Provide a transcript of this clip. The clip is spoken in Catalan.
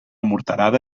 morterada